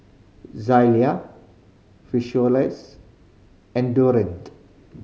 Zalia and Durex